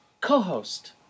co-host